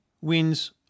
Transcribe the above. wins